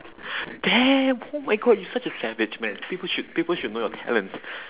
damn oh my god you such a savage man people should people should know your talents